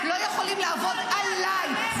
לא יכולים לעבוד עליי.